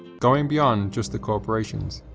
going beyond just the corporations,